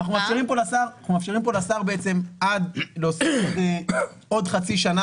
אנחנו מאפשרים פה לשר להוסיף עוד חצי שנה